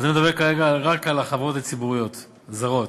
אז אני מדבר כרגע רק על החברות הציבוריות הזרות.